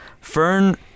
Fern